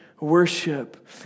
worship